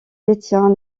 détient